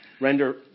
Render